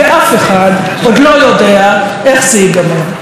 ואף אחד עוד לא יודע איך זה ייגמר.